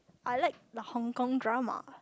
I like the Hong-Kong drama